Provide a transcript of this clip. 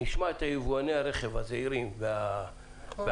נשמע את יבואני הרכב הזעירים והעקיפים,